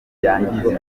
byangiza